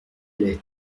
délai